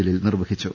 ജലീൽ നിർവ്വഹിച്ചു